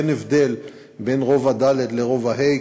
אין הבדל בין רובע ד' לרובע ה',